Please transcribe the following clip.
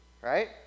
right